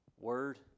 Word